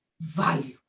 value